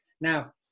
Now